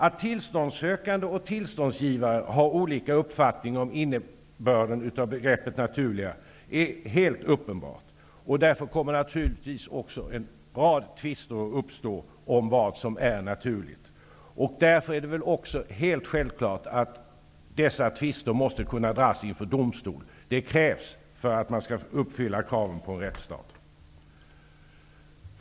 Att tillståndssökare och tillståndsgivare kan ha olika uppfattning om innebörden av begreppet ''naturliga'' är helt uppenbart. Därför kommer naturligtvis också en rad tvister att uppstå om vad som är ''naturligt''. Det är därför helt självklart att dessa tvister måste kunna dras inför domstol. Det krävs för att man skall kunna uppfylla kraven på en rättsstat.